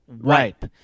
wipe